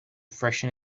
freshen